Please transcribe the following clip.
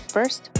First